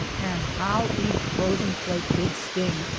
and how each frozen flake did sting!